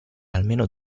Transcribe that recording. almeno